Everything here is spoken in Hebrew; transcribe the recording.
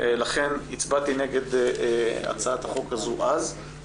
לכן הצבעתי נגד הצעת החוק הזאת אז.